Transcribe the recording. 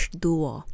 duo